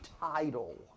title